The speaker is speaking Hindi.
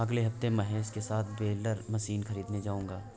अगले हफ्ते महेश के साथ बेलर मशीन खरीदने जाऊंगा